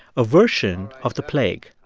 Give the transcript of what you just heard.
a version of the plague.